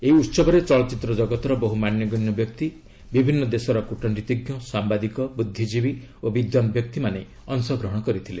ଏହି ଉସବରେ ଚଳଚ୍ଚିତ୍ର ଜଗତର ବହୁ ମାନ୍ୟଗଣ୍ୟ ବ୍ୟକ୍ତି ବିଭିନ୍ନ ଦେଶର କ୍ରଟନୀତିଜ୍ଞ ସାମ୍ବାଦିକ ବୁଦ୍ଧିଜୀବୀ ଓ ବିଦ୍ୱାନ ବ୍ୟକ୍ତିମାନେ ଅଂଶଗ୍ରହଣ କରିଥିଲେ